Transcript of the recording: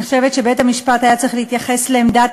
אני חושבת שבית-המשפט היה צריך להתייחס לעמדת